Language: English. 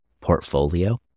portfolio